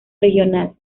regional